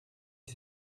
dix